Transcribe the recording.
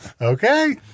Okay